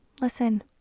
listen